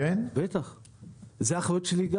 גם זו האחריות שלי.